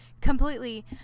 completely